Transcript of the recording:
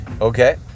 Okay